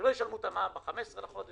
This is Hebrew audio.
שלא ישלמו את המע"מ ב-15 בחודש,